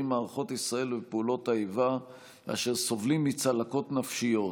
מערכות ישראל ופעולות האיבה אשר סובלים מצלקות נפשיות,